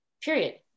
Period